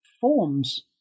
forms